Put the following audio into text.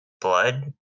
blood